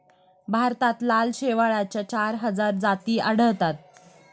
भारतात लाल शेवाळाच्या चार हजार जाती आढळतात